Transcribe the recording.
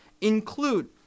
include